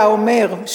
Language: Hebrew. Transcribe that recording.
היה אומר,